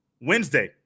Wednesday